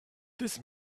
this